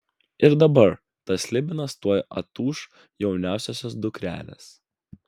ir dabar tas slibinas tuoj atūš jauniausios dukrelės